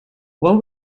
what